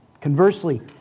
Conversely